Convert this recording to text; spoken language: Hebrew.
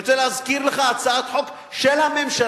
אני רוצה להזכיר לך הצעת חוק של הממשלה,